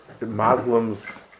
Muslims